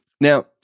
now